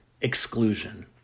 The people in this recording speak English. exclusion